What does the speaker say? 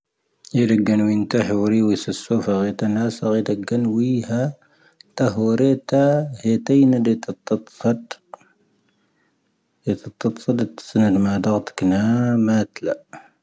�新 ⴹʃⴻ ⵏⴰⵉⵏⴻ ʂⵜⴻ ʻาⴽ ʰⴻ ʃⴰⵍ ʿⴻⵜⴻⵏⴻ ʂⵜⴳⴻⵜⵉ ʃⴰⵊpvⴰⵍ ʰⴰʁⵅⴰⵣ ⵊⴰⴷ ⵏⴻⵏⴻ ʃⴰⴽⴰⴷ ʀⴻ ⵏⴰⵉⵏⴻ ʀⴻ ⵏⴰⵉⵏⴻ ʆⴻʃ ⴰʁⵜ ʆⴻʃ ⵎʂⴰ ʆⴰ ʀⴻʃ ⵡⴻ ʂⵙoⴽⴰ ʀⴻʃ ⵡⴻ ʀⴻʃ ʀⴻʃ ⵡⴻ ʀⴻʃ ⵡⴻ ʀⴻʃ ⵡⴻ ʀⴻʃ ⵡⴻ ʀⴻʃ ⵡⴻ ʀⴻʃ ⵡⴻ ʀⴻʃ ⵡⴻ ʀⴻʃ ʀⴻʃ ⵡⴻ ʀⴻʃ ⵡⴻ ʀⴻʃ ⵡⴻ ʀⴻʃ ⵡⴻ ʀⴻ.